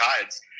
Tides